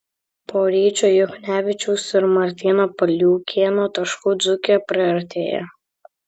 po ryčio juknevičiaus ir martyno paliukėno taškų dzūkija priartėjo